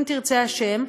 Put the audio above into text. אם ירצה השם,